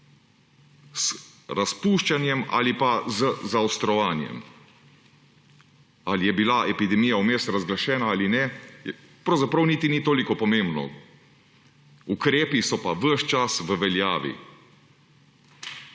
z razpuščanjem ali pa z zaostrovanjem. Ali je bila epidemija vmes razglašena ali ne, pravzaprav niti ni toliko pomembno, ukrepi so pa ves čas v veljavi.